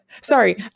Sorry